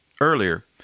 earlier